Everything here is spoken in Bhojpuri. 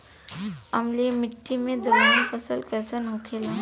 अम्लीय मिट्टी मे दलहन फसल कइसन होखेला?